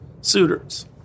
suitors